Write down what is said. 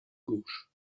gauche